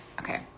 okay